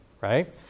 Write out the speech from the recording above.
Right